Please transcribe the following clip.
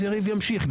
אז יריב ימשיך.